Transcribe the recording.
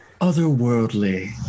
otherworldly